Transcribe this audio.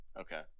Okay